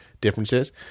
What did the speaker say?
differences